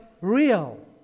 real